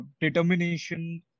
determination